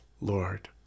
Lord